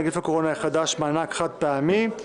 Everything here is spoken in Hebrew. נגיף הקורונה החדש) (מענק חד-פעמי נוסף),